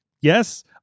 yes